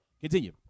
continue